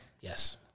yes